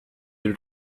will